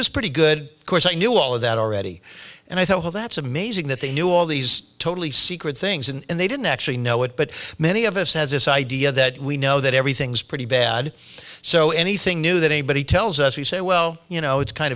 is pretty good course i knew all of that already and i thought well that's amazing that they knew all these totally secret things and they didn't actually know it but many of us have this idea that we know that everything's pretty bad so anything new that anybody tells us we say well you know it's kind